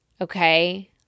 okay